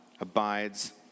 abides